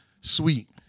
Sweet